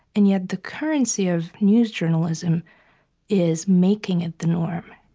and yet, the currency of news journalism is making it the norm